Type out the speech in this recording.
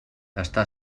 està